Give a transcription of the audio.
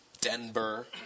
Denver